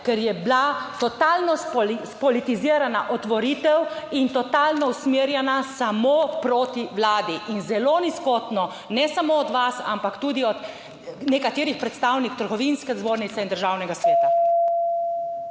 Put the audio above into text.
ker je bila totalno spolitizirana otvoritev in totalno usmerjena samo proti Vladi in zelo nizkotno, ne samo od vas, ampak tudi od nekaterih predstavnikov trgovinske zbornice in Državnega sveta.